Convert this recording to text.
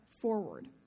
forward